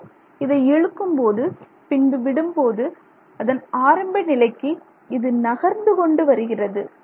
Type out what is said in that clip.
நீங்கள் இதை இழுக்கும்போது பின்பு விடும்போது அதன் ஆரம்ப நிலைக்கு இது நகர்ந்து கொண்டு வருகிறது